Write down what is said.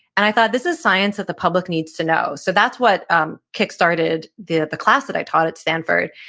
and i thought this is science that the public needs to know. so that's what um kick-started the the class that i taught at stanford.